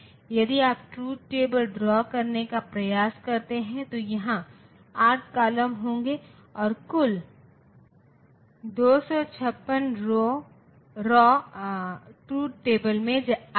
तो VDD और VSS के बीच अंतर तो यह अंतर के रूप में लिया जाता है अन्यथा यह समान है